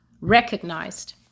recognized